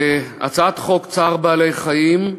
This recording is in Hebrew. הצעת חוק צער בעלי-חיים,